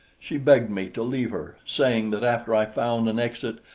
she begged me to leave her, saying that after i found an exit,